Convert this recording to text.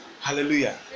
Hallelujah